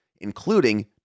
including